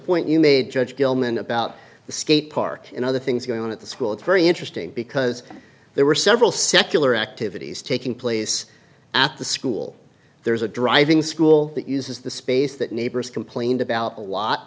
point you made judge gilman about the skate park and other things going on at the school it's very interesting because there were several secular activities taking place at the school there's a driving school that uses the space that neighbors complained about a lot